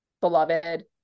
beloved